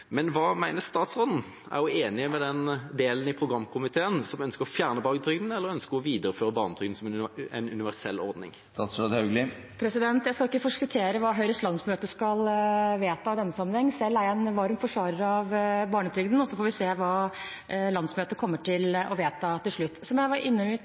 Men hva mener statsråden? Er hun enig med den delen av programkomiteen som ønsker å fjerne barnetrygden? Eller ønsker hun å videreføre barnetrygden som en universell ordning? Jeg skal ikke forskuttere hva Høyres landsmøte skal vedta i denne sammenheng. Selv er jeg en varm forsvarer av barnetrygden. Vi får se hva landsmøtet kommer til å vedta til slutt. Som jeg var inne på i